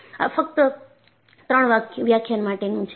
આ ફક્ત ત્રણ વ્યાખ્યાન માટેનું છે